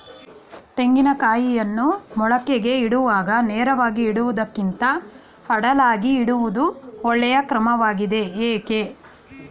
ತೆಂಗಿನ ಕಾಯಿಯನ್ನು ಮೊಳಕೆಗೆ ಇಡುವಾಗ ನೇರವಾಗಿ ಇಡುವುದಕ್ಕಿಂತ ಅಡ್ಡಲಾಗಿ ಇಡುವುದು ಒಳ್ಳೆಯ ಕ್ರಮವಾಗಿದೆ ಏಕೆ?